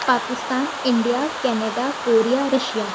Pakistan India Canada Korea Russia